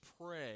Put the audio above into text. pray